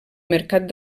mercat